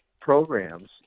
programs